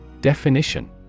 Definition